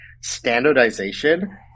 standardization